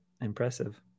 impressive